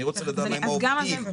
אני רוצה לדעת מה עם העובדים.